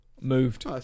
Moved